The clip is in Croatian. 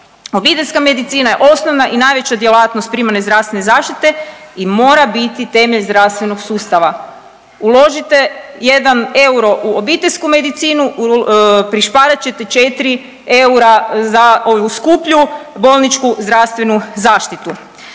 Obiteljska medicina je osnovna i najveća djelatnost primarne zdravstvene zaštite i mora biti temelj zdravstvenog sustava. Uložite jedan euro u obiteljsku medicinu, prišparat ćete 4 eura za ovu skuplju bolničku zdravstvenu zaštitu.